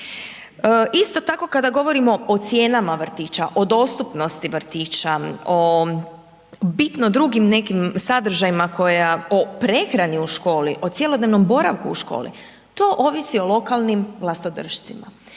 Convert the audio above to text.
Isto tako kada govorimo o cijenama vrtića, o dostupnosti vrtića, o bitno drugim nekim sadržajima koja, o prehrani u školi, o cjelodnevnom boravku u školi, to ovisi o lokalnim vlastodršcima.